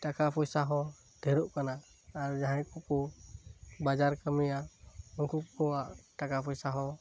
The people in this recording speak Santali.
ᱴᱟᱠᱟ ᱯᱚᱭᱥᱟ ᱦᱚᱸ ᱰᱷᱮᱨᱳᱜ ᱠᱟᱱᱟ ᱟᱨ ᱡᱟᱦᱟᱸᱭ ᱠᱚ ᱠᱚ ᱵᱟᱡᱟᱨ ᱠᱟᱢᱤᱭᱟ ᱩᱝᱠᱩ ᱠᱚᱣᱟᱜ ᱴᱟᱠᱟ ᱯᱚᱭᱥᱟ ᱦᱚᱸ